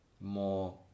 more